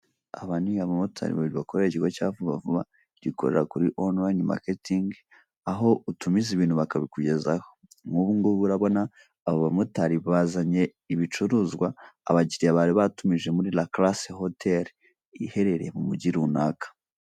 Aba ni abamotari babiri bakorera ikigo cya vubavuba gikorera kuri onurayini maketingi aho utumiza ibintu bakabikugezaho. Nk'ubungubu urabona aba bamotari bazanye ibicuruzwa abakiriya bari batumije muri rakarase hoteri iherereye mu mugi runaka.